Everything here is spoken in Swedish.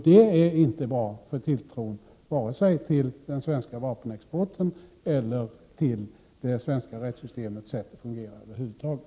Det är inte bra för tilltron till vare sig den svenska vapenexporten eller det svenska rättssystemets sätt att fungera över huvud taget.